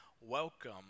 welcome